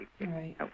Right